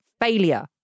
failure